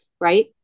right